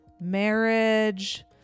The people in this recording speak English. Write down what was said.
marriage